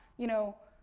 you know,